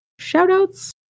shoutouts